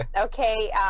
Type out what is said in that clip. Okay